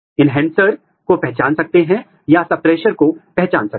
OsMGH3 एक downstream gene है जिसे MADS1 द्वारा नियंत्रित किया जाता है